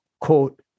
quote